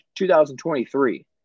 2023